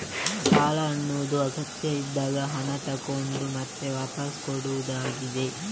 ಸಾಲ ಅನ್ನುದು ಅಗತ್ಯ ಇದ್ದಾಗ ಹಣ ತಗೊಂಡು ಮತ್ತೆ ವಾಪಸ್ಸು ಕೊಡುದಾಗಿದೆ